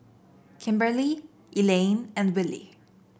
Kimberley Elayne and Willy